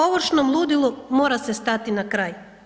Ovršnom ludilu mora se stati na kraj.